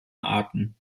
arten